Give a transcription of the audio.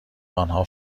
آنها